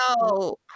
no